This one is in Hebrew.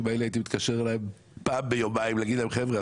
האלה הייתי מתקשר אליהם פעם ביומיים להגיד להם: חבר'ה,